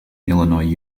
illinois